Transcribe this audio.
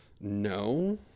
No